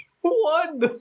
one